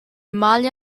mbaile